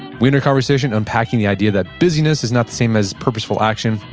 we end our conversation unpacking the idea that busyness is not the same as purposeful action,